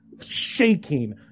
shaking